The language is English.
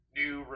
new